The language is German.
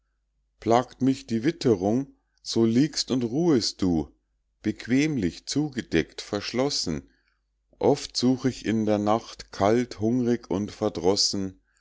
plagt mich die witterung so liegst und ruhest du bequemlich zugedeckt verschlossen oft such ich in der nacht kalt hungrig und verdrossen